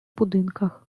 будинках